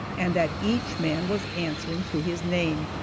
and that each man was answering to his name.